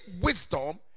wisdom